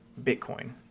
Bitcoin